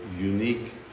unique